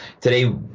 Today